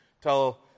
tell